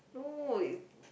no it